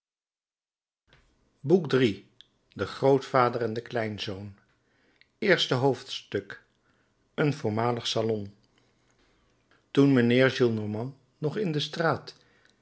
boek iii de grootvader en de kleinzoon eerste hoofdstuk een voormalig salon toen mijnheer gillenormand nog in de straat